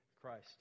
Christ